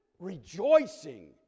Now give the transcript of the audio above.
rejoicing